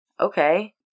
okay